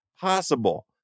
possible